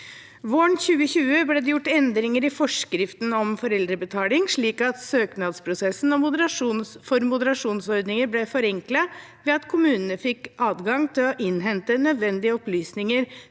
Våren 2020 ble det gjort endringer i forskriften om foreldrebetaling slik at søknadsprosessen for moderasjonsordninger ble forenklet ved at kommunene fikk adgang til å innhente nødvendige opplysninger